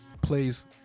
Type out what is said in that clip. plays